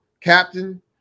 captain